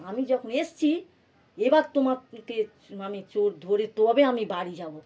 আমি যখন এসেছি এবার তোমার আমি চোর ধরে তবে আমি বাড়ি যাব